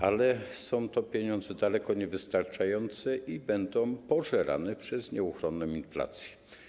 Ale są to pieniądze daleko niewystarczające i będą one pożerane przez nieuchronną inflację.